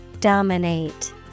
Dominate